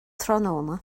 tráthnóna